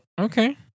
Okay